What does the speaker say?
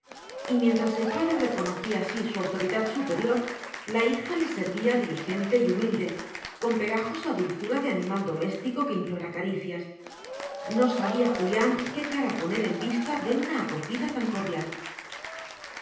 y mientras el padre reconocía así su autoridad superior la hija le servía diligente y humilde con pegajosa dulzura de animal doméstico que implora caricias no sabía julián qué cara poner en vista de una acogida tan cordial